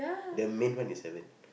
the main one is haven't